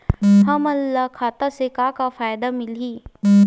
हमन ला खाता से का का फ़ायदा मिलही?